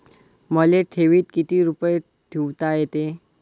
मले ठेवीत किती रुपये ठुता येते?